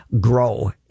grow